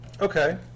Okay